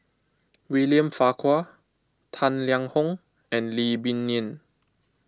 William Farquhar Tang Liang Hong and Lee Boon Ngan